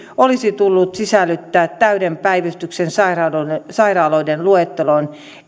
olisi tullut sisällyttää täyden päivystyksen sairaaloiden sairaaloiden luetteloon